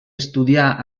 estudia